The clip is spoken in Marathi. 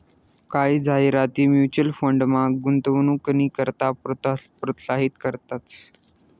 कायी जाहिराती म्युच्युअल फंडमा गुंतवणूकनी करता प्रोत्साहित करतंस